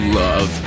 love